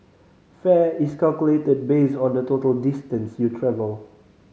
fare is calculated based on the total distance you travel